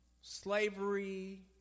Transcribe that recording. slavery